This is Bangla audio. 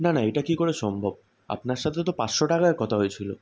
না না এটা কী করে সম্ভব আপনার সাথে তো পাঁচশো টাকায় কথা হয়েছিল